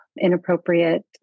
inappropriate